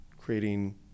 creating